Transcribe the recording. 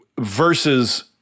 versus